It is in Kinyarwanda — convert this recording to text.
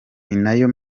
ninayo